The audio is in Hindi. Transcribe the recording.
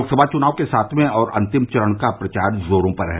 लोकसभा चुनाव के सातवें और अंतिम चरण का प्रचार जोरों पर है